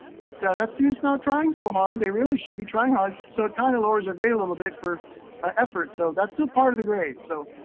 but that student's not trying so hard. they really should be trying hard. so it kind of lowers their grade a little bit for ah effort, so that's still part of the grade, so.